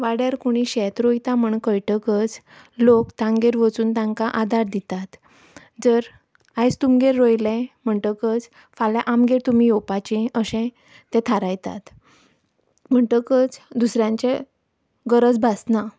वाड्यार कोणी शेत रोंयता म्हण कळटकच लोक तांगेर वचून तांकां आदार दितात जर आयज तुमगेर रोंयलें म्हणटकच फाल्यां आमगेर तुमी येवपाचीं अशें ते थारायतात म्हणटकच दुसऱ्यांचे गरज भासना